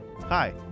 Hi